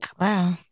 Wow